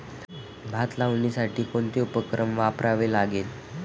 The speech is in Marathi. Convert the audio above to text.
भात लावण्यासाठी कोणते उपकरण वापरावे लागेल?